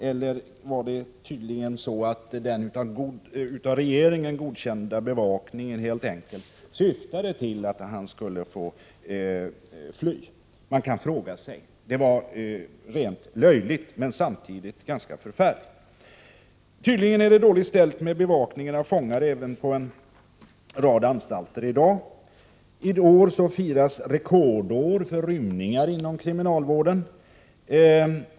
Eller kanske den av regeringen godkända bevakningen helt enkelt syftade till att han skulle få möjlighet att fly? Det hela var rent löjligt, men samtidigt ganska förfärligt. Tydligen är det dåligt ställt med bevakningen av fångar även i dag på en rad anstalter. I år firas rekordår för rymningar inom kriminalvården.